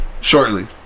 shortly